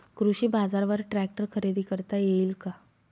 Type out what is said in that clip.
कृषी बाजारवर ट्रॅक्टर खरेदी करता येईल का?